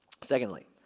Secondly